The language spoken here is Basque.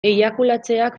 eiakulatzeak